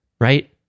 right